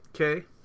Okay